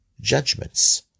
judgments